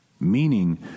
meaning